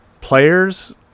Players